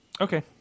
Okay